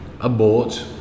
abort